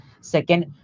second